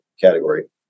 category